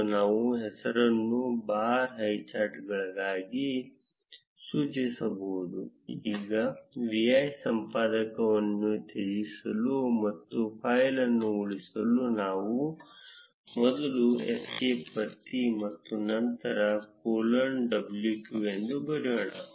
ಮತ್ತು ನಾವು ಹೆಸರನ್ನು ಬಾರ್ ಹೈಚಾರ್ಟ್ಗಳಾಗಿ ಸೂಚಿಸಬಹುದು ಈಗ vi ಸಂಪಾದಕವನ್ನು ತ್ಯಜಿಸಲು ಮತ್ತು ಫೈಲ್ ಅನ್ನು ಉಳಿಸಲು ನಾವು ಮೊದಲು ಎಸ್ಕೇಪ್ ಒತ್ತಿ ಮತ್ತು ನಂತರ colon w q ಎಂದು ಬರೆಯೋಣ